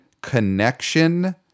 connection